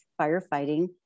firefighting